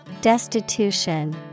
Destitution